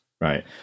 Right